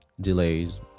delays